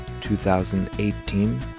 2018